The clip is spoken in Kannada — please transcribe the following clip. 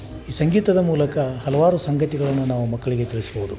ಈ ಸಂಗೀತದ ಮೂಲಕ ಹಲವಾರು ಸಂಗತಿಗಳನ್ನು ನಾವು ಮಕ್ಕಳಿಗೆ ತಿಳಿಸ್ಬೋದು